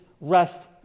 rest